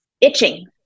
itching